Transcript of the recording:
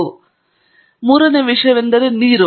ಲ್ಯಾಬ್ಗಳಲ್ಲಿ ಸಾಮಾನ್ಯವಾಗಿ ಕಂಡುಬರುವ ಮೂರನೇ ವಿಷಯವೆಂದರೆ ನೀರು